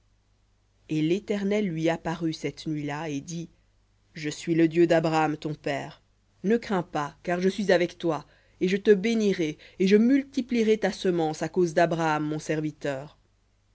et l'éternel lui apparut cette nuit-là et dit je suis le dieu d'abraham ton père ne crains pas car je suis avec toi et je te bénirai et je multiplierai ta semence à cause d'abraham mon serviteur